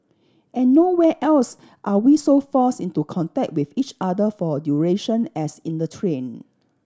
and nowhere else are we so forced into contact with each other for a duration as in the train